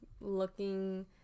looking